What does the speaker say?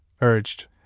urged